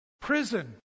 prison